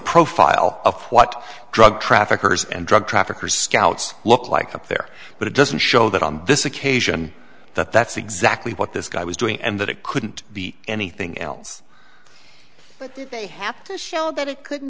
profile of what drug traffickers and drug traffickers scouts look like up there but it doesn't show that on this occasion that that's exactly what this guy was doing and that it couldn't be anything else but that they have to show that it couldn't